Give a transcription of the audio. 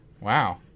Wow